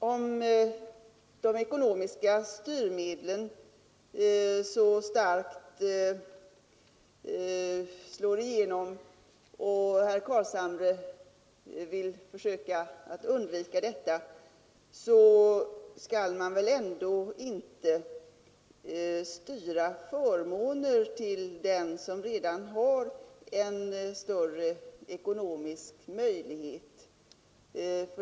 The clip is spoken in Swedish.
Om de ekonomiska styrmedlen så starkt slår igenom och herr Carlshamre vill försöka att undvika detta, skall man väl ändå inte styra förmåner till den som redan har en större ekonomisk möjlighet.